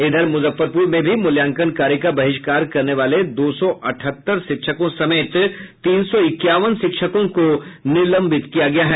इधर मुजफ्फरपुर में भी मूल्यांकन कार्य का बहिष्कार करने वाले दो सौ अठहत्तर शिक्षकों समेत तीन सौ इक्यावन शिक्षकों को निलंबित किया गया है